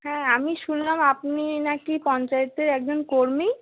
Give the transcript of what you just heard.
হ্যাঁ আমি শুনলাম আপনি না কি পঞ্চায়েতে একজন কর্মী